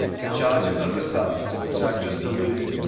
the charge of the hussars, to which i have just alluded,